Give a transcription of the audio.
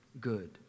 good